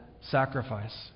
sacrifice